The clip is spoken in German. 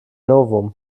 novum